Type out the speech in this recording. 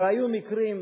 והיו מקרים,